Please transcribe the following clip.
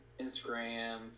Instagram